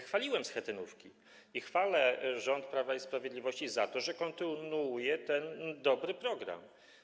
Chwaliłem schetynówki i chwalę rząd Prawa i Sprawiedliwości za to, że kontynuuje ten dobry program.